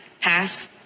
pass